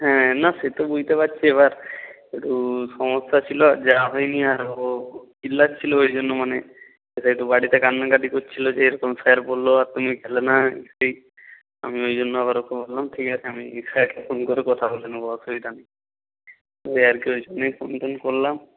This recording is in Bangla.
হ্যাঁ না সে তো বুঝতে পারছি এবার একটু সমস্যা ছিলো আর যাওয়া হয় নি আর ও চিল্লাছিলো ওই জন্য মানে এসে একটু বাড়িতে কান্নাকাটি কচ্ছিলো যে এরকম স্যার বললো আর তুমি গেলে না সেই আমি ওই জন্য আবার ওকে বললাম ঠিক আছে আমি স্যারকে ফোন করে কথা বলে নেব অসুবিধা নেই ওই আর কি ওই জন্যই ফোন টোন করলাম